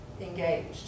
Engaged